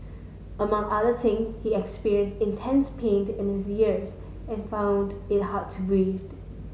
among other thing he experienced intense pained in his ears and found it hard to breathe